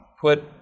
put